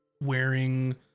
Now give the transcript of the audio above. wearing